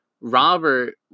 Robert